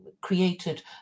created